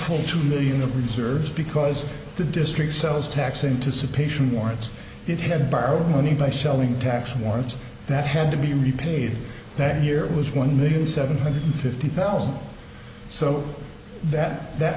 full two million of reserves because the district sells tax into suppression warrants it had borrowed money by selling tax once that had to be repaid that here was one million seven hundred fifty thousand so that that